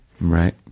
Right